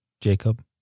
Jacob